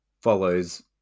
follows